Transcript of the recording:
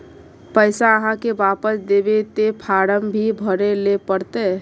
पैसा आहाँ के वापस दबे ते फारम भी भरें ले पड़ते?